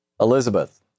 Elizabeth